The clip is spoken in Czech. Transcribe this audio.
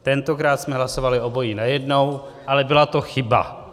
Tentokrát jsme hlasovali obojí najednou, ale byla to chyba.